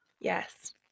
yes